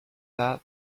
that